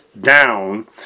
down